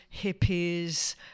hippies